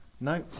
no